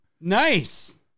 Nice